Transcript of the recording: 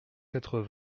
quatre